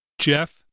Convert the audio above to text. Jeff